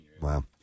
Wow